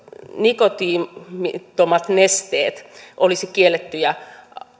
nikotiinittomat nesteet olisivat kiellettyjä